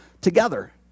together